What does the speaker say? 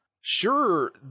Sure